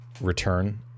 return